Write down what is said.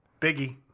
Biggie